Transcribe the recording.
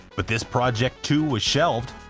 but this project too was shelved,